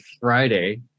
Friday